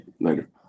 Later